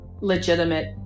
legitimate